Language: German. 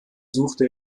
suchte